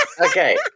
Okay